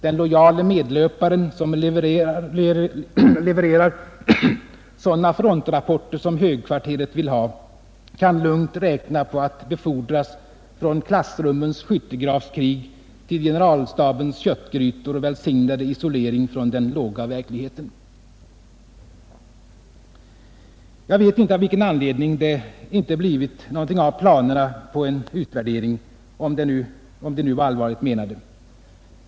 Den lojale medlöparen, som levererar sådana frontrapporter som högkvarteret vill ha, kan lugnt räkna på att befordras från klassrummens skyttegravskrig till generalstabens köttgrytor och välsignade isolering från den låga verkligheten.” Jag vet inte av vilken anledning det inte blivit något av planerna på en utvärdering — om de nu var allvarligt menade.